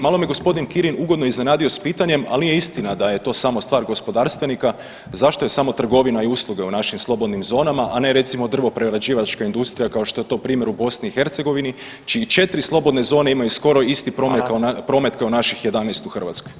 Malo me g. Kirin ugodno iznenadio s pitanjem, ali nije istina da je to samo stvar gospodarstvenika, zašto je samo trgovina i usluge u našim slobodnim zonama, a ne recimo drvoprerađivačka industrija kao što je to primjer u BiH čiji četiri slobodne zone imaju skoro isti promet [[Upadica Radin: Hvala.]] kao naših 11 u Hrvatskoj?